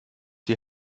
die